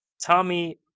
Tommy